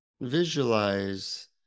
visualize